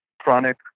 chronic